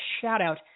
shout-out